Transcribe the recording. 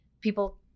people